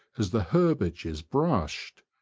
as the herbage is brushed.